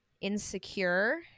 insecure